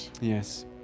Yes